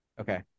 okay